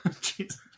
Jesus